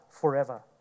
forever